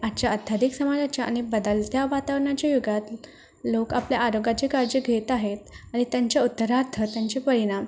आजच्या अथ्थ्यादिक समाजाच्या आणि बदलत्या वातावरणाच्या युगात लोक आपल्या आरोग्याची काळजी घेत आहे आणि त्यांच्या उत्तरार्थ त्यांचे परिणाम